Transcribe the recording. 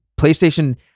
PlayStation